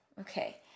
Okay